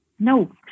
No